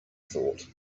thought